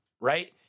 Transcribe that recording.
right